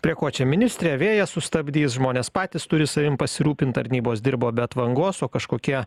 prie ko čia ministrė vėją sustabdys žmonės patys turi savim pasirūpint tarnybos dirbo be atvangos o kažkokie